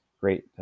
great